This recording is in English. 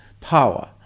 power